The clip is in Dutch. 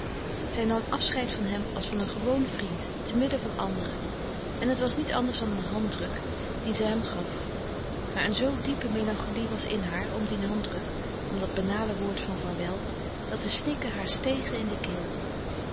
zij nam afscheid van hem als van een gewoon vriend te midden van anderen en het was niet anders dan een handdruk dien zij hem gaf maar een zoo diepe melancholie was in haar om dien handdruk om dat banale woord van vaarwel dat de snikken haar stegen in de keel